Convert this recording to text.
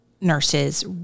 nurses